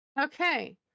okay